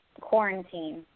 quarantine